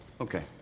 Okay